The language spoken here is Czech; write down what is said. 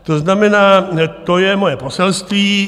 To znamená, to je moje poselství.